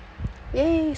!yay!